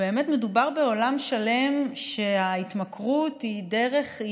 באמת מדובר בעולם שלם, וההתמכרות היא דרך,